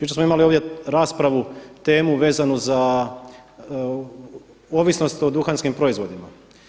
Jučer smo imali ovdje raspravu, temu vezanu za ovisnost o duhanskim proizvodima.